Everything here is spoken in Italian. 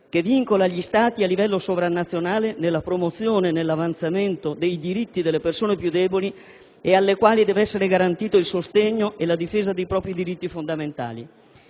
che vincola gli Stati a livello sovranazionale nella promozione e nell'avanzamento dei diritti delle persone più deboli e alle quali deve essere garantito il sostegno e la difesa dei propri diritti fondamentali.